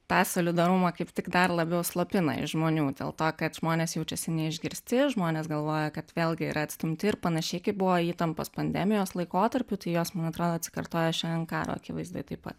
tą solidarumą kaip tik dar labiau slopina iš žmonių dėl to kad žmonės jaučiasi neišgirsti žmonės galvoja kad vėlgi yra atstumti ir panašiai kaip buvo įtampos pandemijos laikotarpiu tai jos man atrodo atsikartoja šiandien karo akivaizdoje taip pat